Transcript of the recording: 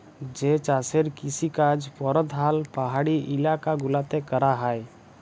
যে চাষের কিসিকাজ পরধাল পাহাড়ি ইলাকা গুলাতে ক্যরা হ্যয়